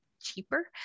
cheaper